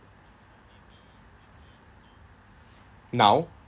now